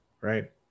right